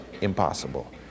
impossible